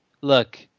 look